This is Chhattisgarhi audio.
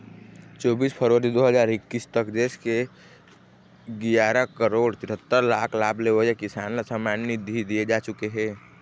चोबीस फरवरी दू हजार एक्कीस तक देश के गियारा करोड़ तिहत्तर लाख लाभ लेवइया किसान ल सम्मान निधि दिए जा चुके हे